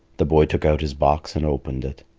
the boy took out his box and opened it.